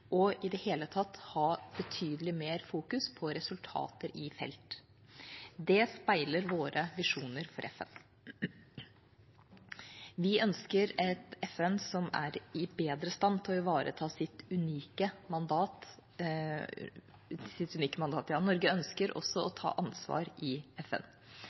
og i det hele tatt legge betydelig mer vekt på resultater i felt. Det speiler våre visjoner for FN. Vi ønsker et FN som er bedre i stand til å ivareta sitt unike mandat. Norge ønsker også å ta ansvar i FN.